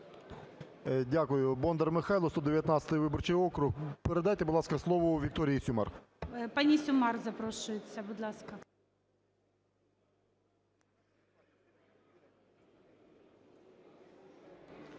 Дякую. Бондар Михайло, 119 виборчий округ. Передайте, будь ласка, слово Вікторії Сюмар. ГОЛОВУЮЧИЙ. Пані Сюмар запрошується. Будь ласка.